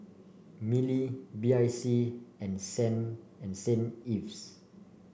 Mili B I C and Saint and Saint Ives